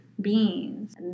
beings